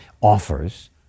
offers